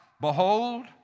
behold